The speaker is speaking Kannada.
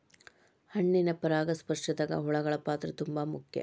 ಹಣ್ಣಿನ ಪರಾಗಸ್ಪರ್ಶದಾಗ ಹುಳಗಳ ಪಾತ್ರ ತುಂಬಾ ಮುಖ್ಯ